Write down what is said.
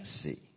see